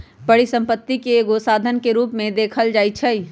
परिसम्पत्ति के एगो साधन के रूप में देखल जाइछइ